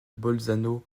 bolzano